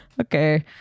Okay